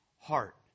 heart